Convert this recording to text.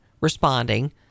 responding